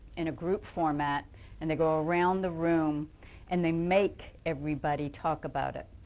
in a group format and they go around the room and they make everybody talk about it.